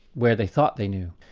where they thought they knew.